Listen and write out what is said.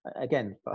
again